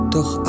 Doch